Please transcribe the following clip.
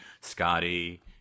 Scotty